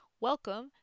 Welcome